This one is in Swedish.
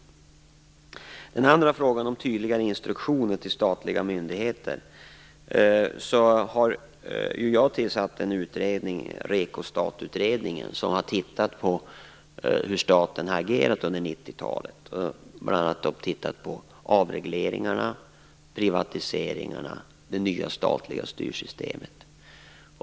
Vad för det andra gäller frågan om tydligare instruktioner till statliga myndigheter vill jag säga att jag har tillsatt en utredning, REKO-stat-utredningen, som har tittat närmare på hur staten har agerat under 90-talet. Den har bl.a. studerat avregleringarna, privatiseringarna och det nya statliga styrsystemet.